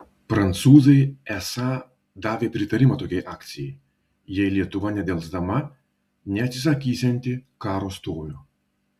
prancūzai esą davė pritarimą tokiai akcijai jei lietuva nedelsdama neatsisakysianti karo stovio